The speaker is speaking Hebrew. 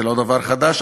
זה לא דבר חדש,